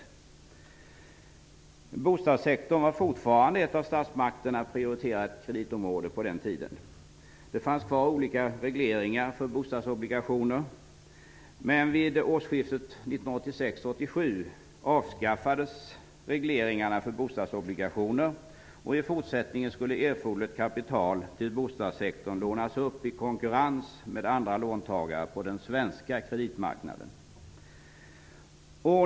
Bostadssektorn var på den tiden fortfarande ett av statsmakterna prioriterat kreditområde. Det fanns kvar olika regleringar för bostadsobligationer. Vid årsskiftet 1986/87 avskaffades emellertid regleringarna för bostadsobligationer. I fortsättningen skulle erforderligt kapital till bostadssektorn lånas upp i konkurrens med andra låntagare på den svenska kreditmarknaden.